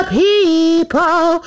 people